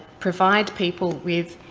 provide people with,